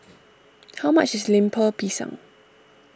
how much is Lemper Pisang